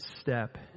step